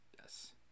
Yes